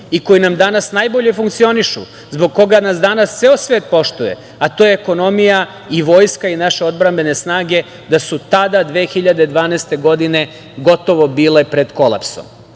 i koji nam danas najbolje funkcionišu, zbog koga nas danas ceo svet poštuje, a to je ekonomija i vojska i naše odbrambene snage, da su tada 2012. godine gotovo bile pred kolapsom,